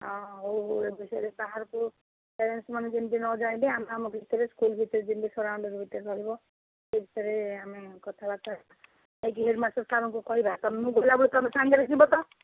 ହଁ ଏଇ ବିଷୟରେ କାହାକୁ ପ୍ୟାରେଣ୍ଟସ୍ମାନେ ଯେମିତି ନ ଜାଣିବେ ଆମ ଆମ ଭିତରେ ସ୍କୁଲ୍ ଭିତରେ ଯେମିତି ସରାଉଣ୍ଡ ଭିତରେ ରହିବ ସେ ବିଷୟରେ ଆମେ କଥାବାର୍ତ୍ତା ହେବା ଯାଇକି ହେଡମାଷ୍ଟ୍ର ସାର୍ଙ୍କୁ କହିବା ତମେ ମୁଁ ଗଲାବେଳେ ତୁମେ ସାଙ୍ଗରେ ଯିବ ତ